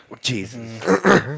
Jesus